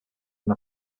when